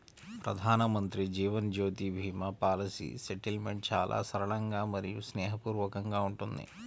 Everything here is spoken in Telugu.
ప్రధానమంత్రి జీవన్ జ్యోతి భీమా పాలసీ సెటిల్మెంట్ చాలా సరళంగా మరియు స్నేహపూర్వకంగా ఉంటుంది